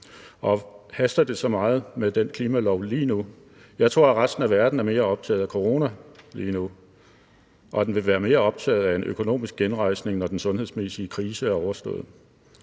Og haster det så meget med den klimalov lige nu? Jeg tror, at resten af verden er mere optaget af corona lige nu, og at den vil være mere optaget af en økonomisk genrejsning, når den sundhedsmæssige krise er overstået.